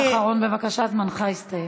משפט אחרון, בבקשה, זמנך הסתיים.